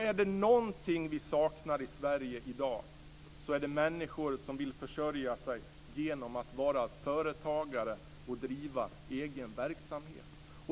Är det någonting vi saknar i Sverige i dag så är det människor som vill försörja sig genom att vara företagare och driva egen verksamhet.